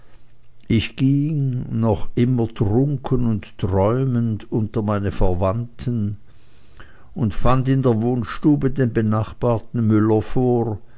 ich ging noch immer trunken und träumend unter meine verwandten und fand in der wohnstube den benachbarten müller vor